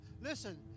listen